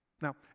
Now